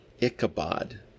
Ichabod